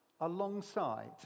alongside